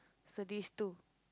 so these two